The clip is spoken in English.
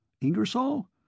Ingersoll